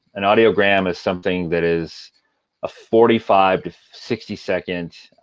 an audiogram is something that is a forty five to sixty second